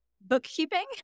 bookkeeping